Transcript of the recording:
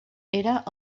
era